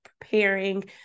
preparing